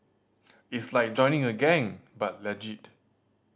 it's like joining a gang but legit